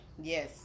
Yes